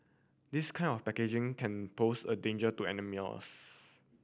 this kind of packaging can pose a danger to animals